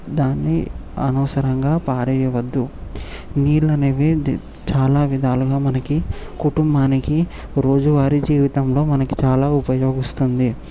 దాన్ని అనవసరంగా పారేయ వద్దు నీళ్లు అనేవి చాలా విధాలుగా మనకి కుటుంబానికి రోజు వారి జీవితంలో మనకి చాలా ఉపయోగిస్తుంది